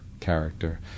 character